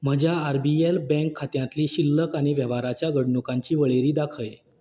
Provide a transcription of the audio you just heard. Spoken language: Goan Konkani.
म्हज्या आर बी एल बँक खात्यांतली शिल्लक आनी वेव्हाराच्या घडणुकांची वळेरी दाखय